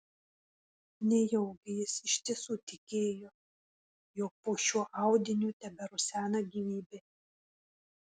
nejaugi jis iš tiesų tikėjo jog po šiuo audiniu teberusena gyvybė